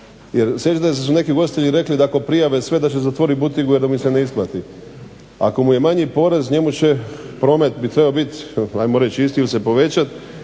se da su neki ugostitelji rekli da ako prijave sve da će zatvoriti butigu, jer da mu se ne isplati. Ako mu je manji porez, njemu će promet bi trebao biti hajmo reći isti ili se povećati